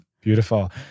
Beautiful